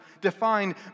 defined